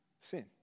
sin